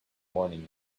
morning